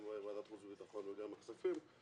גם ועדת חוץ וביטחון וגם ועדת הכספים,